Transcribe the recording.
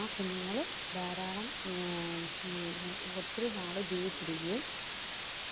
ആ കുഞ്ഞുങ്ങൾ ധാരാളം ഒത്തിരി നാൾ ജീവിച്ചിരിക്കുകയും